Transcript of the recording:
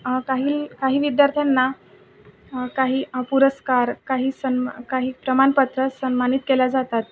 काही काही विद्यार्थ्यांना काही पुरस्कार काही सन्मान काही प्रमाणपत्र सन्मानित केल्या जातात